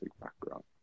background